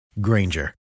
Granger